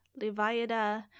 Leviada